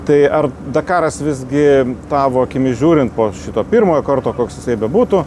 tai ar dakaras visgi tavo akimis žiūrint po šito pirmojo karto koks jisai bebūtų